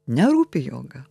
nerūpi joga